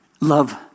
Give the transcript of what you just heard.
Love